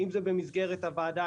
אם זה במסגרת הוועדה,